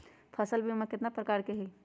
फसल बीमा कतना प्रकार के हई?